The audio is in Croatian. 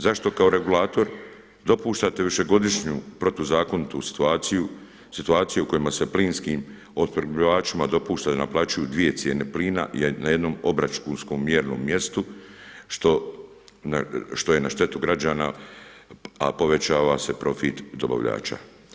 Zašto kao regulator dopuštate višegodišnju protuzakonitu situaciju u kojima se plinskim opskrbljivačima dopušta da naplaćuju dvije cijene plina na jednom obračunskom mjernom mjestu što je na štetu građana, a povećava se profit dobavljača.